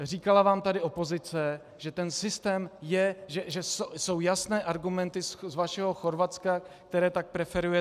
Říkala vám tady opozice, že ten systém je, že jsou jasné argumenty z vašeho Chorvatska, které tak preferujete.